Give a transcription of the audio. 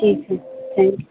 ٹھیک ہے thank you